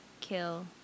kill